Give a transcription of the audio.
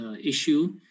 issue